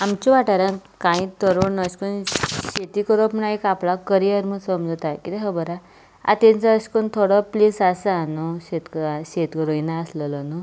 आमच्या वाठारांत कांय तरूण अशें करून शेती करप म्हूण एक आपलो करियर म्हणून समजतात कित्याक खबर आसा आतां तांचो अशें करून थोडो प्लेस आसा न्हय शेतकार शेत रोयनाशिल्लो न्हय